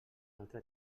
altre